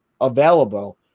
available